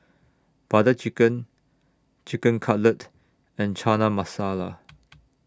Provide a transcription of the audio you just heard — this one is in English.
Butter Chicken Chicken Cutlet and Chana Masala